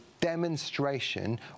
demonstration